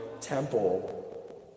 temple